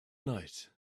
night